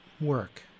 work